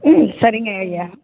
ம் சரிங்க ஐயா